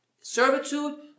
servitude